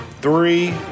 Three